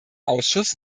ausschuss